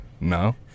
no